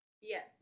Yes